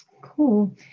Cool